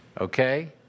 okay